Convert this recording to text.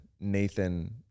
nathan